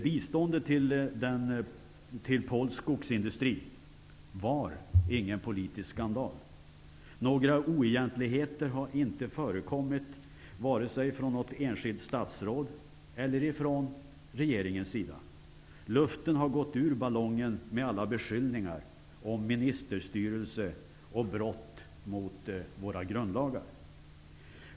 Biståndet till polsk skogsindustri var ingen politisk skandal. Några oegentligheter har inte förekommit, vare sig från något enskilt statsråd eller från regeringens sida. Luften har gått ur ballongen med alla beskyllningar om ministerstyre och brott mot våra grundlagar.